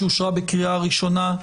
הצעה ממשלתית שאושרה בקריאה ראשונה,